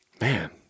man